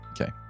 Okay